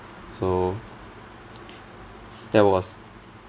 so that was